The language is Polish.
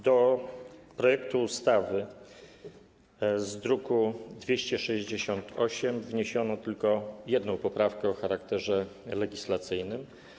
Do projektu ustawy z druku nr 268 wniesiono tylko jedną poprawkę o charakterze legislacyjnym.